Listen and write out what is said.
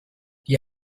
die